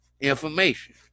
information